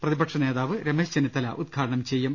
പ്രതിപിക്ഷനേതാവ് രമേശ് ചെന്നിത്തല ഉദ്ഘാടനം ചെയ്യും